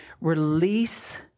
Release